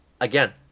again